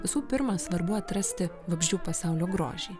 visų pirma svarbu atrasti vabzdžių pasaulio grožį